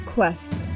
Quest